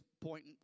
point